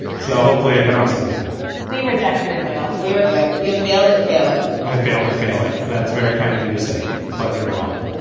so hopefully i can also get better. we reject your fail. we reject. you have failed at failing i failed a failing. that's very kind of you to say. but you're wrong.